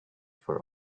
for